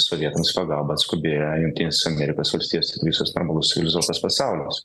sovietams į pagalbą atskubėjo jungtinės amerikos valstijos ir visas normalus civilizuotas pasaulis